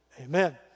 Amen